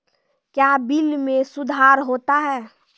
क्या बिल मे सुधार होता हैं?